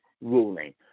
ruling